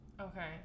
Okay